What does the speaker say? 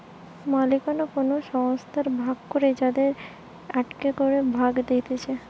মালিকানা কোন সংস্থার ভাগ করে যাদের একটো করে ভাগ থাকতিছে